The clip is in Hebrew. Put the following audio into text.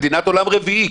אנחנו מדינת עולם רביעי.